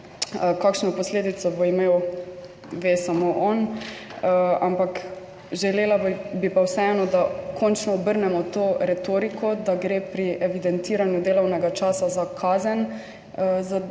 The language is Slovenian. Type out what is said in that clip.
Kakšno posledico bo imel, ve samo on, ampak želela bi pa vseeno, da končno obrnemo to retoriko, da gre pri evidentiranju delovnega časa za kazen za